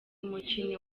umukinnyi